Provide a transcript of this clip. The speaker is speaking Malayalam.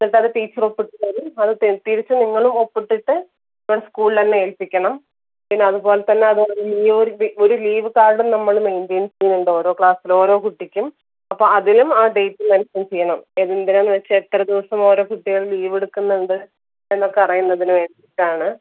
എന്നിട്ടത് ടീച്ചറൊപ്പിട്ട് തരും അത് തിരിച്ചു നിങ്ങളും ഒപ്പിട്ടിട്ട് ഇവിടെ സ്കൂളിൽ തന്നെ ഏൽപ്പിക്കണം പിന്നേയതുപോലെത്തന്നെ അതൊരു ലീവ് ഒരു ലീവ് കാർഡും നമ്മൾ മെയിൻറൈൻ ചെയ്യുന്നുണ്ട് ഓരോ ക്ലാസ്സിൽ ഓരോ കുട്ടിക്കും അപ്പോൾ അതിലും ആ ഡേറ്റ് മെൻഷൻ ചെയ്യണം എന്തിനാണെന്നുവെച്ചാൽ എത്രദിവസം ഓരോ കുട്ടികളും ലീവെടുക്കുന്നുണ്ട് എന്നൊക്കെ അറിയുന്നതിനുവേണ്ടിയിട്ടാണ്